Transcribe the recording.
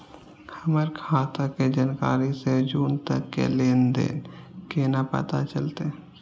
हमर खाता के जनवरी से जून तक के लेन देन केना पता चलते?